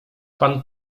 pan